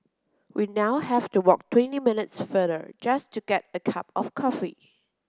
we now have to walk twenty minutes farther just to get a cup of coffee